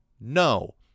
No